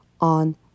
on